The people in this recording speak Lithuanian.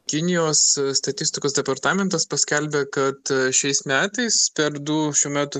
kinijos statistikos departamentas paskelbė kad šiais metais per du šių metų